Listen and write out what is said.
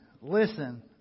Listen